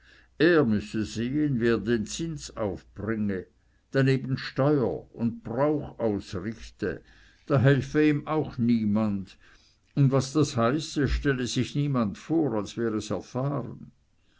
er müsse sehen wie er den zins aufbringe daneben steuer und brauch ausrichte da helfe ihm auch niemand und was das heiße stelle sich niemand vor als wer es erfahren